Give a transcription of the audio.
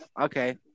okay